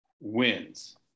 wins